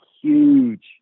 huge